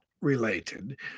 related